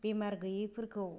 बेमार गोयैफोरखौ